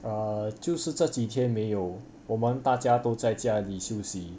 err 就是这几天没有我们大家都在家里休息